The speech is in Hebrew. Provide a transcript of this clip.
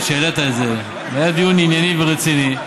שידעת את זה והיה דיון ענייני ורציני,